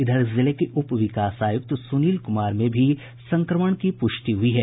इधर जिले के उप विकास आयुक्त सुनील कुमार में भी संक्रमण की पुष्टि हुई है